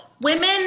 Women